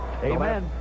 amen